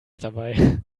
dabei